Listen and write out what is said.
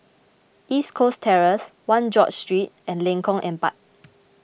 East Coast Terrace one George Street and Lengkong Empat